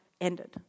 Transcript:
ended